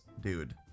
dude